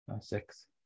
six